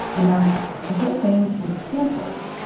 announced the whole thing was canceled